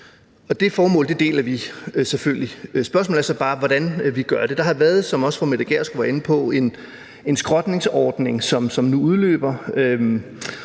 det formål deler vi selvfølgelig. Spørgsmålet er så bare, hvordan vi gør det. Der har, som også fru Mette Gjerskov har været inde på, været en skrotningsordning, som nu udløber,